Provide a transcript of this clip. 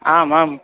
आम् आम्